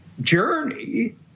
journey